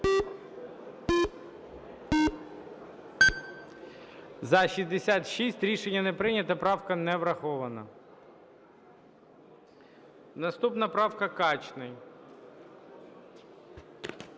За-66 Рішення не прийнято. Правка не врахована. Наступна правка - Качний.